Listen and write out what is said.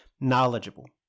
knowledgeable